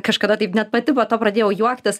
kažkada taip net pati po to pradėjau juoktis